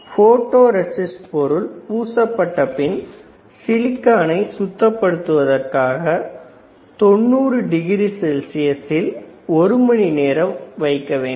photo resist பொருள் பூசப்பட்ட பின் சிலிக்கானை சுத்தப் படுத்துவதற்காக 90 டிகிரி செல்சியஸில் ஒரு மணி நேரம் வைக்க வேண்டும்